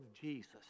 Jesus